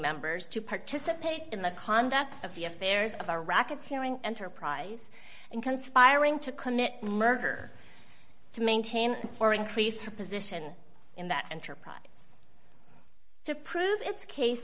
members to participate in the conduct of the affairs of a racketeering enterprise and conspiring to commit murder to maintain or increase her position in that enterprise to prove its case